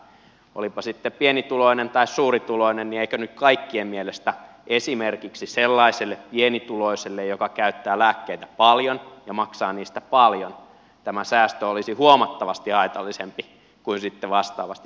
olipa sitten pienituloinen tai suurituloinen niin eikö nyt kaikkien mielestä esimerkiksi sellaiselle pienituloiselle joka käyttää lääkkeitä paljon ja maksaa niistä paljon tämä säästö olisi huomattavasti haitallisempi kuin sitten vastaavasti vähän lääkkeitä käyttävälle